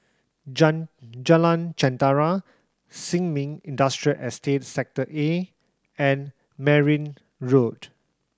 Jalan Jentera Sin Ming Industrial Estate Sector A and Merryn Road